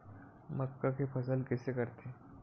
मक्का के फसल कइसे करथे?